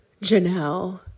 Janelle